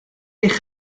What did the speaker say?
eich